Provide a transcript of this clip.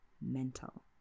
mental